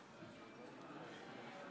גברתי היושבת בראש,